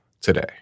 today